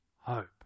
hope